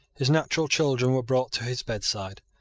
his natural children were brought to his bedside,